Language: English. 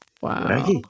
Wow